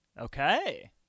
Okay